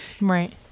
Right